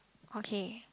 okay